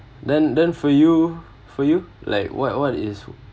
then then for you for you like what what is